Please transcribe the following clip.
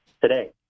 today